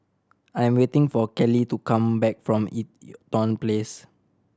I am waiting for Kelli to come back from Eaton Place